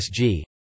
SG